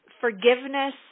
forgiveness